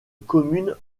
commune